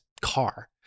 car